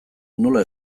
nola